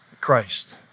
Christ